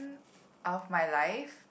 of my life